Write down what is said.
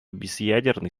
безъядерный